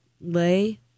lay